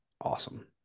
awesome